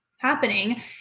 happening